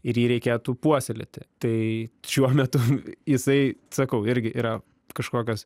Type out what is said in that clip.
ir jį reikėtų puoselėti tai šiuo metu jisai sakau irgi yra kažkokios